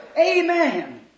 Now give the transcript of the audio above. Amen